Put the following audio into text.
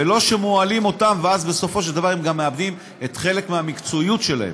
ולא שמוהלים אותם ואז בסופו של דבר הם גם מאבדים חלק מהמקצועיות שלהם.